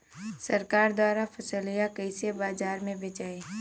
सरकार द्वारा फसलिया कईसे बाजार में बेचाई?